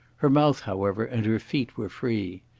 her mouth, however, and her feet were free.